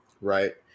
right